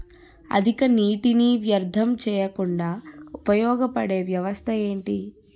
అధిక నీటినీ వ్యర్థం చేయకుండా ఉపయోగ పడే వ్యవస్థ ఏంటి